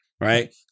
right